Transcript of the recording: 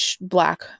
black